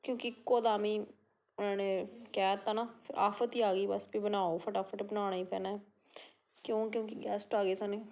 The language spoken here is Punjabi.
ਕਿਉਂਕਿ ਇਕੋ ਦਮ ਹੀ ਉਨਾ ਨੇ ਕਹਿ ਦਿੱਤਾ ਨਾ ਫਿਰ ਆਫ਼ਤ ਹੀ ਆ ਗਈ ਬਸ ਵੀ ਬਣਾਓ ਫਟਾਫਟ ਬਣਾਉਣਾ ਹੀ ਪੈਣਾ ਕਿਉਂ ਕਿਉਂਕਿ ਗੈਸਟ ਆ ਗਏ ਸਨ